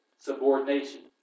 subordination